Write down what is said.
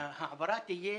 ההעברה תהיה